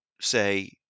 say